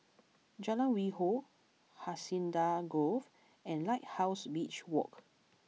Jalan Hwi Yoh Hacienda Grove and Lighthouse Beach Walk